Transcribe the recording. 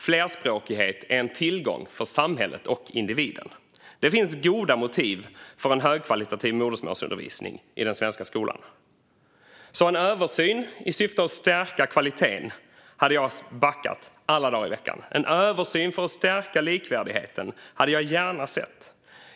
Flerspråkighet är en tillgång för samhället och individen. Det finns alltså goda motiv för en högkvalitativ modersmålsundervisning i den svenska skolan. En översyn i syfte att stärka kvaliteten hade jag backat alla dagar i veckan. En översyn för att stärka likvärdigheten hade jag gärna sett.